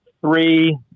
three